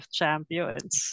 champions